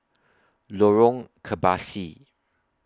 Lorong Kebasi